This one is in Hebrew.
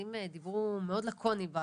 המשרדים דיברו מאוד לאקוני,